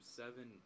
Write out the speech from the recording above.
seven